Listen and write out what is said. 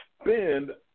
spend